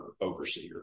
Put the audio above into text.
overseer